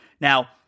Now